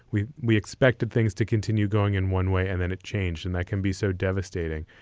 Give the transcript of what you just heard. we we expected things to continue going in one way and then it changed and that can be so devastating.